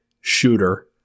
shooter